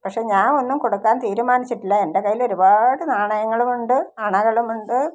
പക്ഷേ ഞാൻ ഒന്നും കൊടുക്കാൻ തീരുമാനിച്ചിട്ടില്ല എൻ്റെ കയ്യിൽ ഒരുപാട് നാണയങ്ങളുമുണ്ട് അണകളുമുണ്ട്